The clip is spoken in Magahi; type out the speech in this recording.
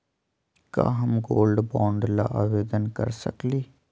का हम गोल्ड बॉन्ड ल आवेदन कर सकली?